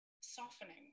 softening